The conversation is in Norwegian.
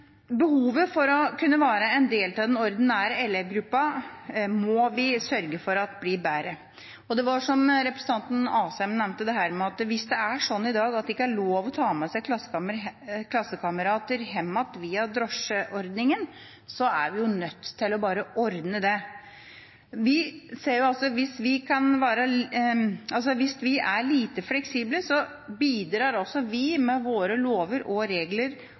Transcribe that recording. Behovet for å kunne være en del av den ordinære elevgruppa, må vi sørge for at blir bedre ivaretatt. Det var som representanten Asheim nevnte, at hvis det er sånn i dag at det ikke er lov til å ta med seg klassekamerater hjem via drosjeordningen, er vi nødt til å ordne det. Hvis vi er lite fleksible, bidrar vi med våre lover og